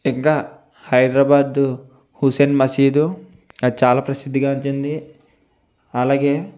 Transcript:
ఇంకా హైదరాబాద్ హుస్సేన్ మసీదు అది చాలా ప్రసిద్ధిగాంచింది అలాగే